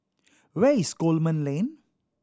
where is Coleman Lane